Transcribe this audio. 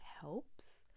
helps